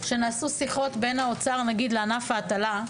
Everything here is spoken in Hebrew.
שנעשו שיחות בין האוצר לענף ההטלה,